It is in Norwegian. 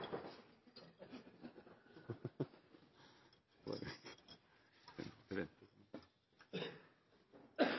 får formuesskatt på